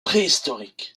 préhistorique